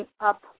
up